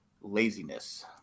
laziness